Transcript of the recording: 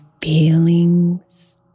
feelings